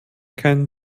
keinen